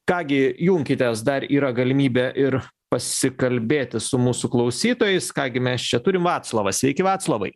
ką gi junkitės dar yra galimybė ir pasikalbėti su mūsų klausytojais ką gi mes čia turim vaclovą sveiki vaclovai